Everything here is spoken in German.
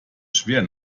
schwer